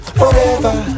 forever